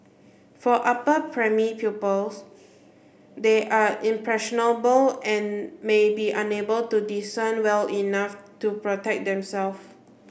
for upper pupils they are impressionable and may be unable to discern well enough to protect themself